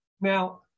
Now